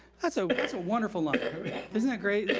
that's so but that's a wonderful line. isn't that great?